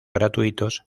gratuitos